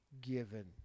given